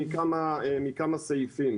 אני רוצה לומר כמה מילים.